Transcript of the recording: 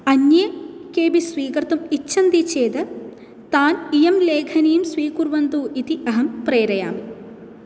अन्ये केऽपि स्वीकर्तुम् इच्छन्ति चेत् तान् इयं लेखनीं स्वीकुर्वन्तु इति अहं प्रेरयामि